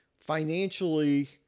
Financially